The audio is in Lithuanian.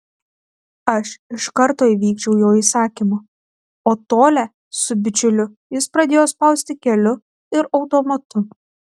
aš iš karto įvykdžiau jo įsakymą o tolią su bičiuliu jis pradėjo spausti keliu ir automatu